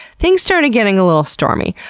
things started getting a little stormy.